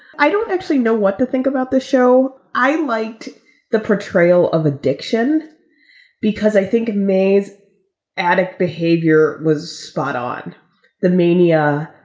i don't actually know what to think about the show. i liked the portrayal of addiction because i think may's addict behavior was spot on the mania,